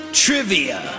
trivia